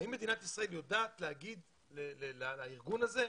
האם מדינת ישראל יודעת להגיד לארגון הזה,